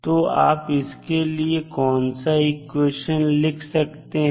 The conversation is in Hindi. तो आप इसके लिए कौन सा इक्वेशन लिख सकते हैं